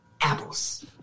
apples